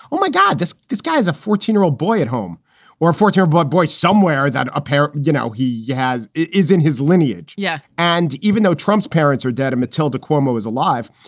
oh, my god. this this guy is a fourteen year old boy at home or a fourth year. but boy, somewhere that appear, you know, he has is in his lineage. yeah. and even though trump's parents are dead, matilda cuomo is alive.